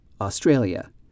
Australia